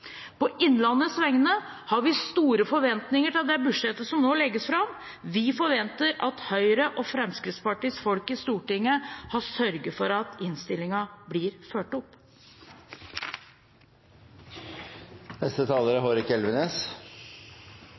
På Innlandets vegne har vi store forventninger til det budsjettet som nå legges fram. Vi forventer at Høyre og Fremskrittspartiets folk i Stortinget har sørget for at innstillingen blir fulgt